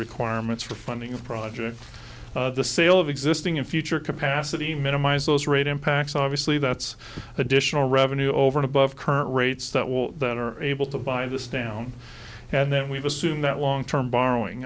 requirements for funding of projects the sale of existing in future capacity minimize those rate impacts obviously that's additional revenue over and above current rates that will that are able to buy this down and that we've assumed that long term borrowing